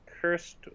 cursed